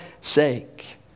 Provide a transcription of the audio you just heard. sake